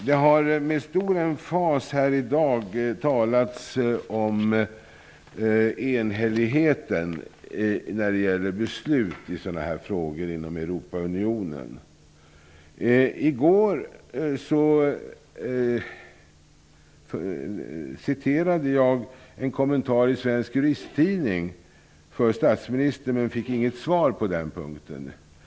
Det har här i dag talats med stor emfas om enhälligheten när det gäller beslut i sådana här frågor inom Europaunionen. I går citerade jag en kommentar ur Svensk Juristtidning för statsministern, men jag fick inget svar på den punkten.